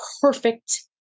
perfect